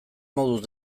moduz